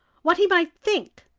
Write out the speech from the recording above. what he might think,